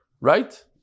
right